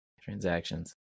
transactions